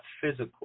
physical